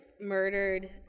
murdered